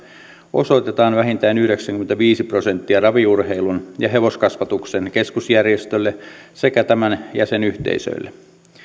osoitetaan vähintään yhdeksänkymmentäviisi prosenttia raviurheilun ja hevoskasvatuksen keskusjärjestölle sekä tämän jäsenyhteisöille